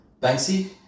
Banksy